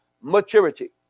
maturity